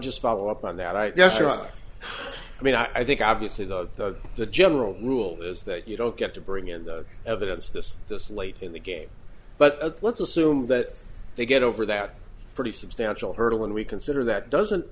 just follow up on that i guess ron i mean i think obviously the general rule is that you don't get to bring in evidence this this late in the game but let's assume that they get over that pretty substantial hurdle when we consider that doesn't